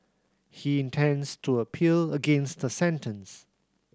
he intends to appeal against the sentence